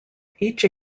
each